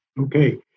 Okay